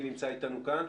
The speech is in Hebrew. מי אתנו כאן?